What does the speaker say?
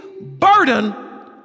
burden